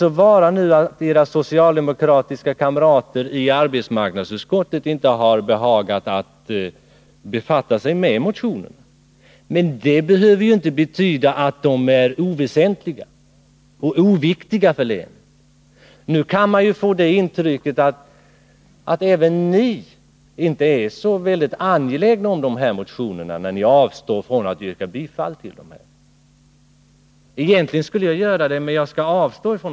Låt vara att era socialdemokratiska kamrater i arbetsmarknadsutskottet inte har behagat befatta sig med dem. Men det behöver ju inte betyda att de är oväsentliga för länet. Man kan få intrycket att inte ens ni själva är angelägna om dessa motioner, eftersom ni avstår från att yrka bifall till dem. Egentligen skulle jag göra det, men jag avstår.